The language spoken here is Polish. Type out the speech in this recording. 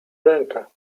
rękę